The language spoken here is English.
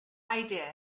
idea